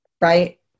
Right